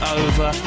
over